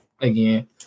again